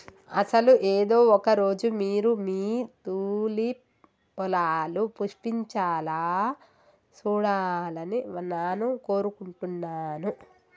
అసలు ఏదో ఒక రోజు మీరు మీ తూలిప్ పొలాలు పుష్పించాలా సూడాలని నాను కోరుకుంటున్నాను